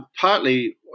partly